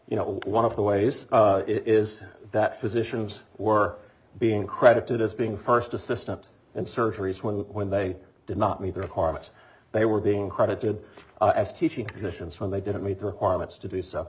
you know one of the ways is that physicians were being credited as being first assistant in surgeries when when they did not meet the requirements they were being credited as teaching positions when they didn't meet the requirements to do so